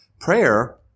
Prayer